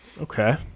Okay